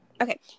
Okay